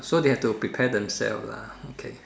so they have to prepare themselves lah okay